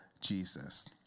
Jesus